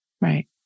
Right